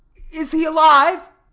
is he alive?